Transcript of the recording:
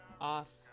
off